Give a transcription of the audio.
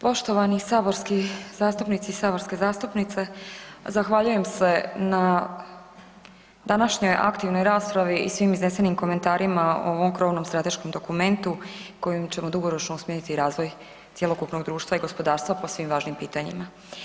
Poštovani saborski zastupnici i saborske zastupnice, zahvaljujem se na današnjoj aktivnoj raspravi i svim iznesenim komentarima o ovom krovnom strateškom dokumentu kojim ćemo dugoročno usmjeriti razvoj cjelokupnog društva i gospodarstva po svim važnim pitanjima.